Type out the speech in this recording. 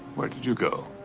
where did you go?